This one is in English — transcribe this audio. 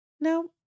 No